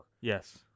Yes